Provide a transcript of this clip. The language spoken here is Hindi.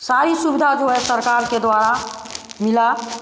सारी सुविधा जो है सरकार के द्वारा मिला